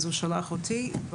והוא שלח אותי.